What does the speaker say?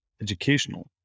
educational